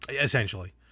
essentially